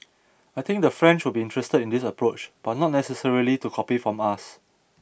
I think the French will be interested in this approach but not necessarily to copy from us